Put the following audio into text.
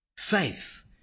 Faith